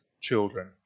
children